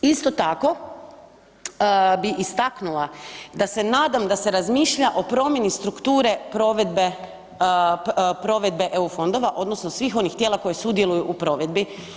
Isto tako bi istaknula da se nadam da se razmišlja o promjeni strukture provedbe, provedbe EU fondova odnosno svih onih tijela koji sudjeluju u provedbi.